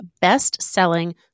best-selling